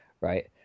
Right